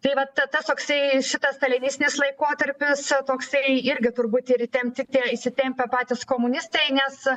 tai vat tas toksai šitas stalinistinis laikotarpis toksai irgi turbūt ir įtemp tik tie įsitempę patys komunistai nes